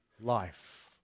life